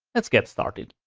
let's get started.